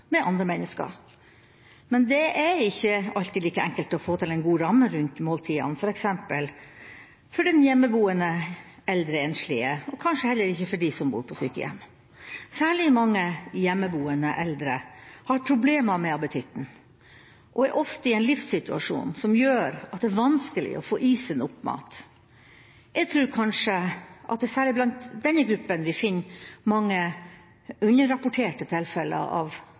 med andre mennesker. Men det er ikke alltid like enkelt å få til en god ramme rundt måltidene, f.eks. for den hjemmeboende eldre enslige, og kanskje heller ikke for dem som bor på sykehjem. Særlig mange hjemmeboende eldre har problemer med appetitten og er ofte i en livssituasjon som gjør at det er vanskelig å få i seg nok mat. Jeg tror kanskje at det er særlig blant denne gruppen vi finner mange underrapporterte tilfeller av